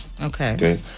Okay